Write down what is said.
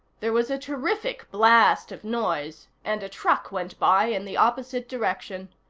there was a terrific blast of noise, and a truck went by in the opposite direction.